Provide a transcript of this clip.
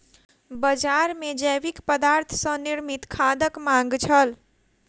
बजार मे जैविक पदार्थ सॅ निर्मित खादक मांग छल